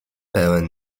pełen